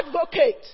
advocate